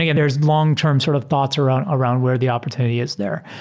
yeah there's long term sort of thoughts around around where the opportunity is there.